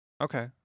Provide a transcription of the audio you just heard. Okay